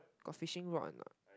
got fishing rod a knot